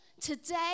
today